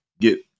get